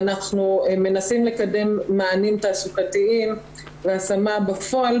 ואנחנו מנסים לקדים מענים תעסוקתיים והשמה בפועל,